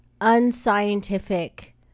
unscientific